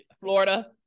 Florida